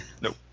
Nope